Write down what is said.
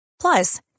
Plus